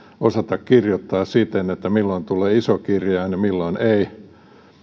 osata kirjoittaa siten että milloin tulee iso kirjain ja milloin ei